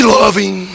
loving